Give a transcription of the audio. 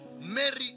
Mary